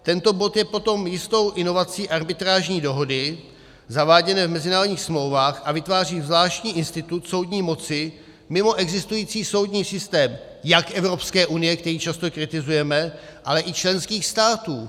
Tento bod je potom jistou inovací arbitrážní dohody zaváděné v mezinárodních smlouvách a vytváří zvláštní institut soudní moci mimo existující soudní systém jak Evropské unie, který často kritizujeme, ale i členských států.